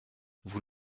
vous